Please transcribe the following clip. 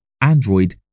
Android